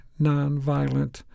nonviolent